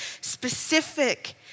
specific